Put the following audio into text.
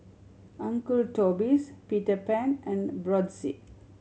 Uncle Toby's Peter Pan and Brotzeit